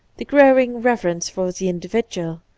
the growing reverence for the individual,